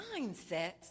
mindsets